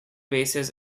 bases